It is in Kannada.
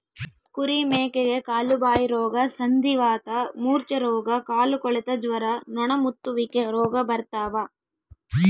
ಕುರಿ ಮೇಕೆಗೆ ಕಾಲುಬಾಯಿರೋಗ ಸಂಧಿವಾತ ಮೂರ್ಛೆರೋಗ ಕಾಲುಕೊಳೆತ ಜ್ವರ ನೊಣಮುತ್ತುವಿಕೆ ರೋಗ ಬರ್ತಾವ